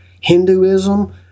Hinduism